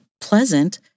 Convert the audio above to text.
pleasant